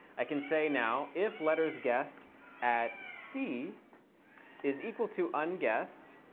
i can say now, if lettersguessed at c is equal to um unguessed,